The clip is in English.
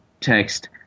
text